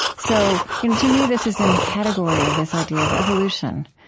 so you know to me, this is in the category of this idea of evolution,